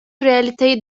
realiteyi